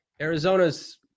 Arizona's